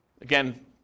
Again